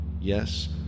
yes